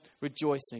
rejoicing